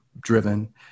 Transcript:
driven